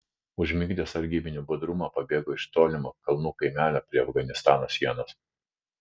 užmigdęs sargybinių budrumą pabėgo iš tolimo kalnų kaimelio prie afganistano sienos